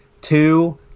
two